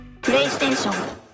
PlayStation